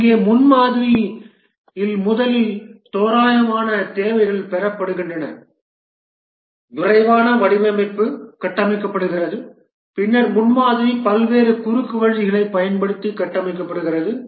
இங்கே முன்மாதிரி மாதிரியில் முதலில் தோராயமான தேவைகள் பெறப்படுகின்றன விரைவான வடிவமைப்பு கட்டமைக்கப்படுகிறது பின்னர் முன்மாதிரி பல்வேறு குறுக்குவழிகளைப் பயன்படுத்தி கட்டமைக்கப்படுகிறது